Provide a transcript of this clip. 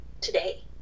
today